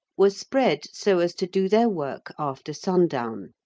were spread so as to do their work after sundown,